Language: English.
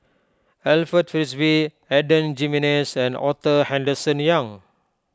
Alfred Frisby Adan Jimenez and Arthur Henderson Young